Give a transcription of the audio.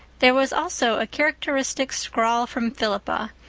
there was also a characteristic scrawl from philippa,